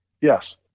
Yes